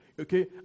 okay